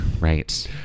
Right